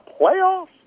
playoffs